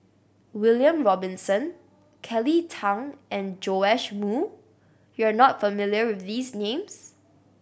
William Robinson Kelly Tang and Joash Moo you are not familiar with these names